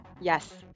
Yes